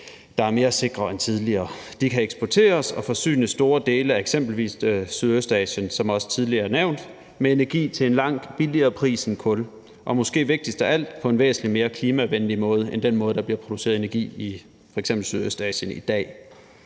der er mere sikre end de tidligere. De kan eksporteres og som også tidligere nævnt forsyne store dele af eksempelvis Sydøstasien med energi til en langt billigere pris end kul og, måske vigtigst af alt, på en væsentlig mere klimavenlig måde end den måde, der bliver produceret energi på i f.eks. Sydøstasien i dag.